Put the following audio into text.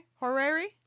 Horary